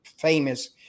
famous